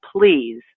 please